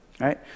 right